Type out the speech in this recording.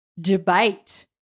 debate